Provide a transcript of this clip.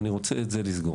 אבל אני רוצה את זה לסגור.